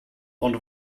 ond